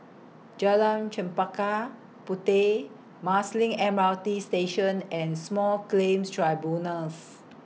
Jalan Chempaka Puteh Marsiling M R T Station and Small Claims Tribunals